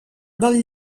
del